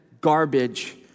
garbage